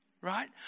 right